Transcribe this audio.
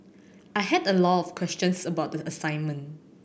I had a lot of questions about the assignment